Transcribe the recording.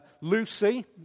Lucy